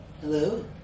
Hello